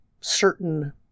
certain